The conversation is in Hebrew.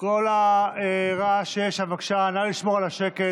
כל הרעש שיש שם, בבקשה, נא לשמור על השקט.